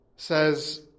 says